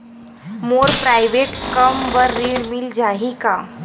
मोर private कम बर ऋण मिल जाही का?